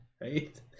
right